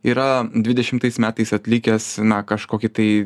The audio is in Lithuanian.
yra dvidešimtais metais atlikęs na kažkokį tai